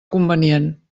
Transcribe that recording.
convenient